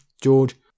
George